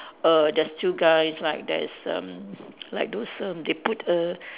err there's two guys like there's erm like those erm they put a